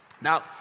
now